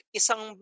isang